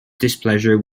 displeasure